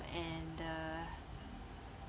and uh